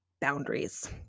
boundaries